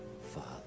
father